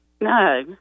No